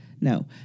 no